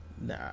nah